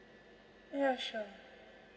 ya sure